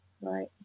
Right